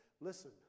listen